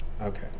Okay